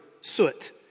soot